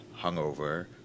hungover